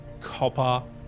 copper